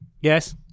yes